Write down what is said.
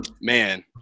Man